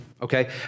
okay